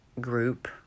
group